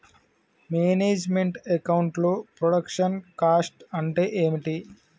Manage meant account లో production cost అంటే ఏమిటి?